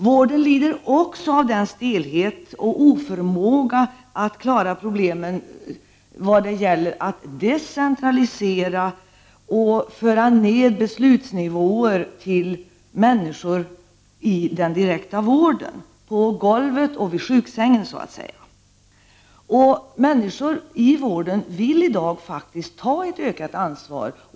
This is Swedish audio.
Vården lider också av stelhet och oförmåga att klara problemen vad gäller att decentralisera och föra ned besluten till människor i den direkta vården, dvs. på golvet och vid sjuksängen. Människor i vården vill i dag ta ett ökat ansvar.